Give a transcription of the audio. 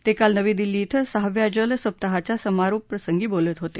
ते काल नवी दिल्ली कें सहाव्याजल सप्ताहाच्या समारोपाप्रसंगी बोलत होते